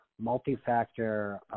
multi-factor